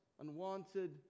unwanted